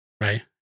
Right